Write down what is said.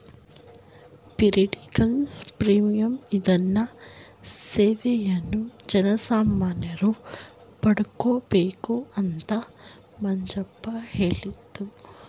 periodical premium ಇದರ ಸೇವೆಯನ್ನು ಜನಸಾಮಾನ್ಯರು ಪಡಕೊಬೇಕು ಅಂತ ಮಂಜಪ್ಪ ಹೇಳ್ದ